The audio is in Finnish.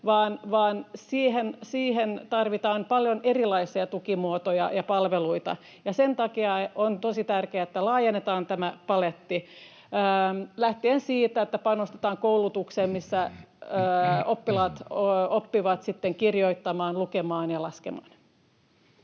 vaan tarvitaan paljon erilaisia tukimuotoja ja palveluita. Sen takia on tosi tärkeää, että laajennetaan tätä palettia, lähtien siitä, että panostetaan koulutukseen, missä oppilaat oppivat sitten kirjoittamaan, lukemaan ja laskemaan.